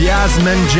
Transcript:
Yasmin